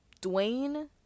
Dwayne